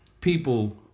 people